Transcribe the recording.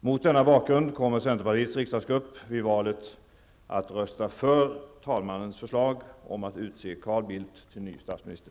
Mot denna bakgrund kommer centerpartiets riksdagsgrupp vid valet att rösta för talmannens förslag om att utse Carl Bildt till ny statsminister.